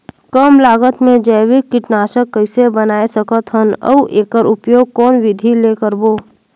कम लागत मे जैविक कीटनाशक कइसे बनाय सकत हन अउ एकर उपयोग कौन विधि ले करबो?